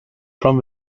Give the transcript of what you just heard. from